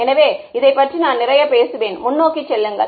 எனவே இதைப் பற்றி நான் நிறைய பேசுவேன் முன்னோக்கி செல்லுங்கள்